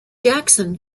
jackson